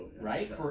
right